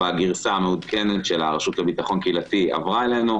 בגרסה המעודכנת של הרשות לביטחון קהילתי עברה אלינו.